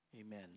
Amen